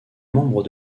membre